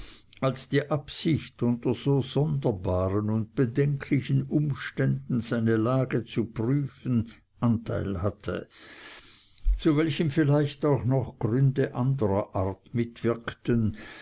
als die absicht unter so sonderbaren und bedenklichen umständen seine lage zu prüfen anteil hatte zu welchem vielleicht auch noch gründe anderer art mitwirkten